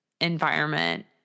environment